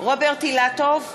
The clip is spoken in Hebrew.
רוברט אילטוב,